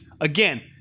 Again